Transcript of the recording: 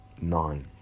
Nine